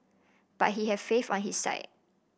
but he had faith on his side